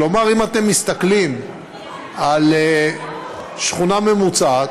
כלומר, אם אתם מסתכלים על שכונה ממוצעת,